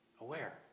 aware